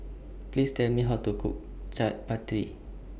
Please Tell Me How to Cook Chaat Papri